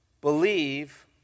believe